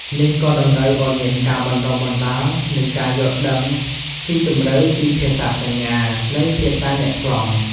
នេះក៏តម្រូវឱ្យមានការបណ្តុះបណ្តាល និងការយល់ដឹងស៊ីជម្រៅពីភាសាសញ្ញា និងភាសាអ្នកថ្លង់ ។